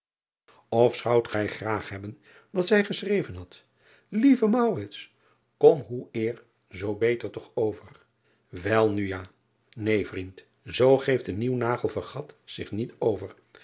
f zoudt gij graag hebben dat zij geschreven had ieve kom hoe eer zoo beter toch over el nu ja een vriend zoo geeft een nieuw nagel fregat zich niet over